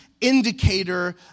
indicator